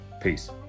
Peace